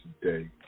today